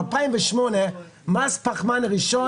ב-2008 מס פחמן ראשון